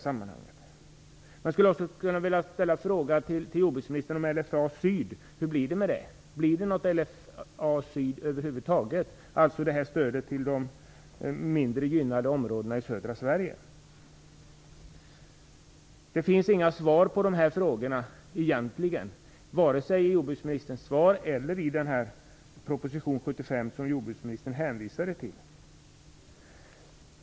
Jag skulle vidare vilja ställa följande fråga till jordbruksministern: Kommer det över huvud taget att bli något av stödet till de mindre gynnade områdena i södra Sverige, dvs. LFA-syd? Det ges inte några besked i denna fråga, vare sig i jordbruksministerns svar eller i proposition 75, som jordbruksministern hänvisade till.